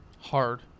Hard